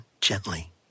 gently